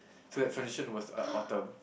so that transition was a Autumn